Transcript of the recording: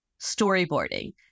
Storyboarding